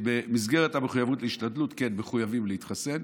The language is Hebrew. במסגרת המחויבות להשתדלות, כן, מחויבים להתחסן.